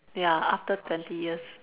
ya after twenty years